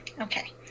Okay